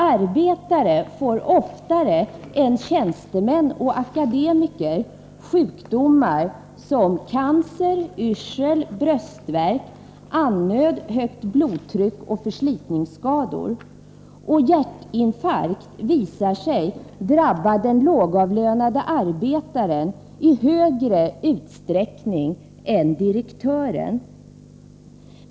Arbetare får oftare än tjänstemän och akademiker sjukdomar som cancer, yrsel, bröstvärk, andnöd, högt blodtryck och förslitningsskador. Hjärtinfarkt visar sig drabba den lågavlönade arbetaren i större utsträckning än direktören.